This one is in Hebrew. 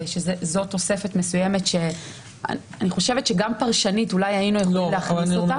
שזו תוספת מסוימת שאני חושבת שגם פרשנית אולי היינו יכולים להכניס אותה.